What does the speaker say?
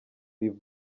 ivu